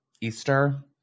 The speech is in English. Easter